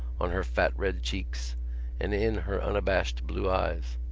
on her fat red cheeks and in her unabashed blue eyes.